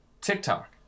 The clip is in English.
tiktok